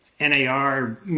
NAR